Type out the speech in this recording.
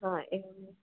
हा एवमेवम्